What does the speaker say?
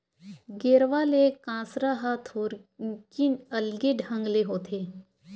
गेरवा ले कांसरा ह थोकिन अलगे ढंग ले होथे